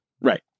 Right